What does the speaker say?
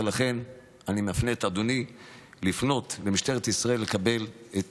ולכן אני מפנה את אדוני לפנות למשטרת ישראל לקבל את